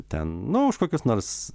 ten nu už kokius nors